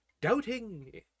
doubting